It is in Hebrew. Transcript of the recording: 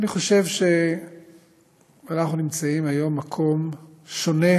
ואני חושב שאנחנו נמצאים היום במקום שונה